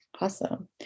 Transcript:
Awesome